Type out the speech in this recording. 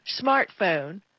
smartphone